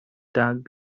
dug